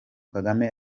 kagame